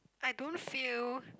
I don't feel